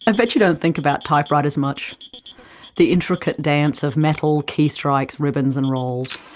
ah bet you don't think about typewriters much the intricate dance of metal, key strikes, ribbons and rolls.